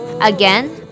Again